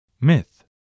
Myth